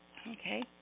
Okay